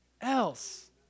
else